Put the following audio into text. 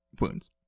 wounds